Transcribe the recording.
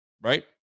Right